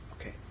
Okay